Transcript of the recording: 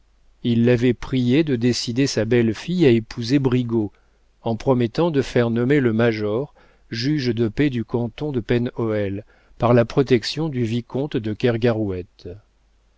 il l'avait priée de décider sa belle-fille à épouser brigaut en promettant de faire nommer le major juge de paix du canton de pen hoël par la protection du vicomte de